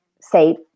say